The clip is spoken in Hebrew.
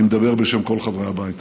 אני מדבר בשם כל חברי הבית.